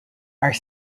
are